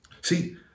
See